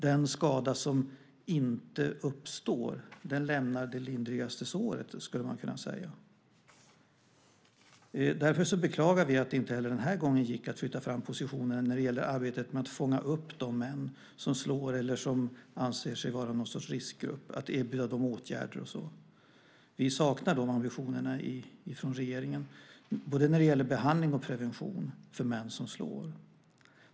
Den skada som inte uppstår lämnar det lindrigaste såret, skulle man kunna säga. Därför beklagar vi att det inte heller denna gång gick att flytta fram positionerna när det gäller arbetet att fånga upp de män som slår eller som anser sig vara något slags riskgrupp och att erbjuda dem åtgärder. Vi saknar dessa ambitioner från regeringen, både när det gäller behandling och prevention för män som slår.